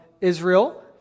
Israel